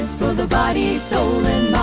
for the body, soul